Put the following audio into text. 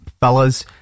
fellas